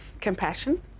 compassion